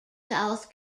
south